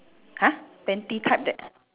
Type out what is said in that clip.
!huh! panty type that